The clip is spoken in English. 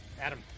Adam